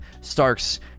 Stark's